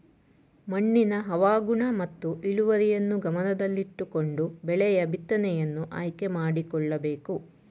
ಮಣ್ಣಿನ ಹವಾಗುಣ ಮತ್ತು ಇಳುವರಿಯನ್ನು ಗಮನದಲ್ಲಿಟ್ಟುಕೊಂಡು ಬೆಳೆಯ ಬಿತ್ತನೆಯನ್ನು ಆಯ್ಕೆ ಮಾಡಿಕೊಳ್ಳಬೇಕು